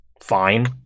fine